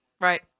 right